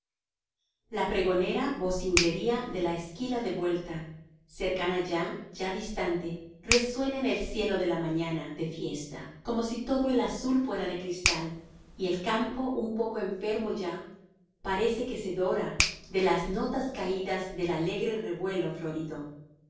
la pregonera vocinglería de la esquila de vuelta cercana ya ya distante resuena en el cielo de la mañana de fiesta como si todo el azul fuera de cristal y el campo un poco enfermo ya parece que se dora de las notas caídas del alegre revuelo florido